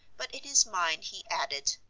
but in his mind he added,